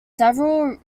several